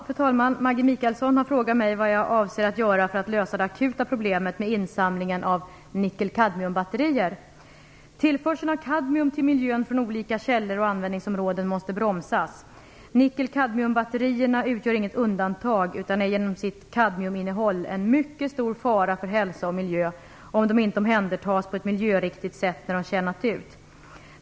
Fru talman! Maggi Mikaelsson har frågat mig vad jag avser att göra för att lösa det akuta problemet med insamlingen av nickel-kadmiumbatterier. Tillförseln av kadmium till miljön från olika källor och användningsområden måste bromsas. Nickelkadmiumbatterierna utgör inget undantag utan är genom sitt kadmiuminnehåll en mycket stor fara för hälsa och miljö, om de inte omhändertas på ett miljöriktigt sätt när de tjänat ut.